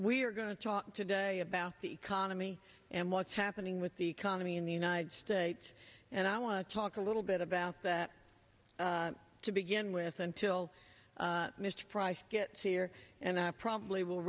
are going to talk today about the economy and what's happening with the economy in the united states and i want to talk a little bit about that to begin with until mr price gets here and i probably will